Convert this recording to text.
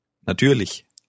Natürlich